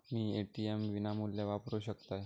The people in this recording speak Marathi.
मी ए.टी.एम विनामूल्य वापरू शकतय?